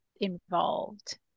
involved